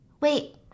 wait